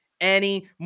anymore